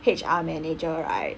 H_R manager right